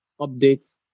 updates